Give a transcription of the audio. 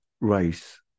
rice